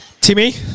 Timmy